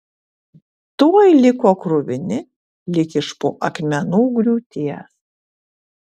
tuoj liko kruvini lyg iš po akmenų griūties